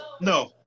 No